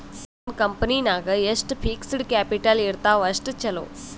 ಒಂದ್ ಕಂಪನಿ ನಾಗ್ ಎಷ್ಟ್ ಫಿಕ್ಸಡ್ ಕ್ಯಾಪಿಟಲ್ ಇರ್ತಾವ್ ಅಷ್ಟ ಛಲೋ